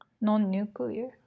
non-nuclear